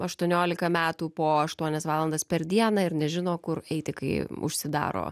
aštuoniolika metų po aštuonias valandas per dieną ir nežino kur eiti kai užsidaro